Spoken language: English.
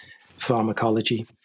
pharmacology